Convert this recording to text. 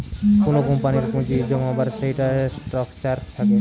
কুনো কোম্পানির পুঁজি জমাবার যেইটা স্ট্রাকচার থাকে